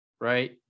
right